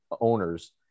owners